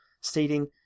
stating